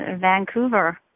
Vancouver